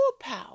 power